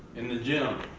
in the gym.